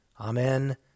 Amen